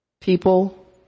people